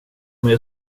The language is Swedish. mig